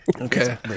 Okay